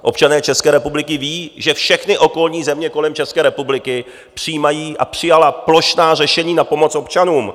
Občané České republiky vědí, že všechny okolní země kolem České republiky přijímají a přijaly plošná řešení na pomoc občanům.